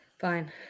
Fine